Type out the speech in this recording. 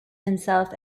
himself